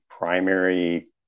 primary